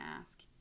ask